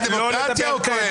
המכון הישראלי לדמוקרטיה או קהלת?